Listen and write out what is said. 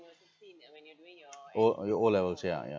O uh O levels yeah yeah